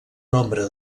nombre